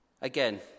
Again